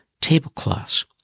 tablecloths